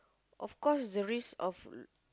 of course the risk of